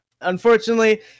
unfortunately